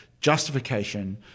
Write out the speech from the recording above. justification